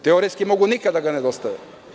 Teoretski mogu nikada da ga ne dostave.